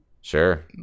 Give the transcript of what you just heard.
Sure